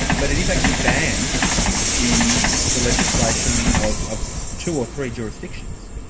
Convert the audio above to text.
but it is actually banned in the legislation of of so two or three jurisdictions.